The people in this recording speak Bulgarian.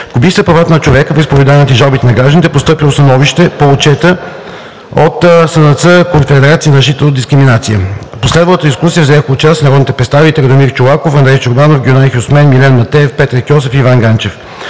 по правата на човека, вероизповеданията и жалбите на гражданите е постъпило становище по Отчета от СНЦ „Конфедерация за защита от дискриминация“. В последвалата дискусия взеха участие народните представители Радомир Чолаков, Андрей Чорбанов, Гюнай Хюсмен, Милен Матеев, Петър Кьосев и Иван Ганчев.